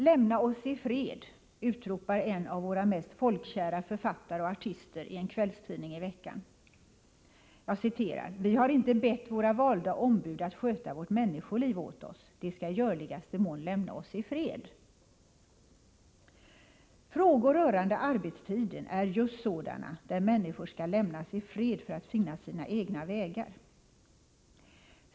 Lämna oss i fred, utropar en av våra mest folkkära författare och artister i en kvällstidning i veckan. ”Vi har inte bett våra valda ombud att sköta vårt människoliv åt oss, de skall i görligaste mån lämna oss i fred.” Frågor rörande arbetstiden är just sådana där människor skall lämnas i fred för att finna sina egna vägar.